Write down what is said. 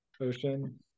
ocean